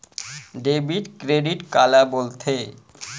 Debit credit काला बोल थे?